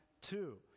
two